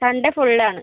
Sunday full ആണ്